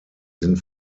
sind